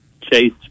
Chase